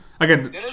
Again